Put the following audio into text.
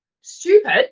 stupid